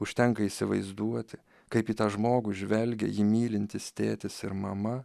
užtenka įsivaizduoti kaip į tą žmogų žvelgia jį mylintis tėtis ir mama